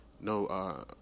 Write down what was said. no